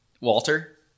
walter